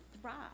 thrive